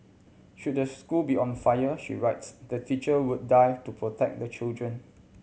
should the school be on fire she writes the teacher would die to protect the children